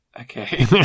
okay